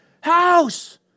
house